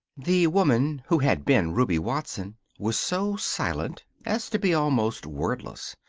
the woman who had been ruby watson was so silent as to be almost wordless.